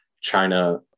China